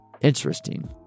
interesting